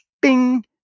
Bing